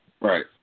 Right